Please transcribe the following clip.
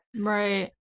right